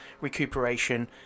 recuperation